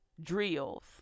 drills